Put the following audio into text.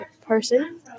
person